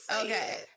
Okay